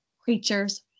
creatures